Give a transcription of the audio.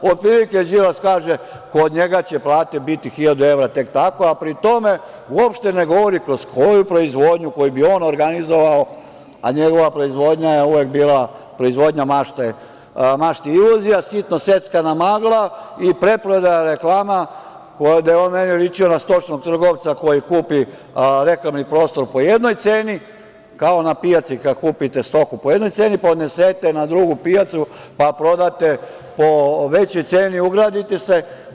Otprilike Đilas kaže da će kod njega plate biti hiljadu evra tek tako, a pri tome uopšte ne govori kroz koju proizvodnju koju bi on organizovao, a njegova proizvodnja je uvek bila proizvodnja mašte i iluzija, sitno seckana magla i preprodaja reklama gde je on meni liči na stočnog trgovca koji kupi reklamni prostor po jednoj ceni, kao na pijaci kad kupite stoku po jednoj ceni, pa odnesete na drugu pijacu, pa prodate po većoj ceni, ugradite se.